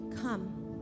Come